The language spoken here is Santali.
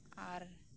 ᱟᱨ